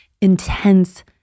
intense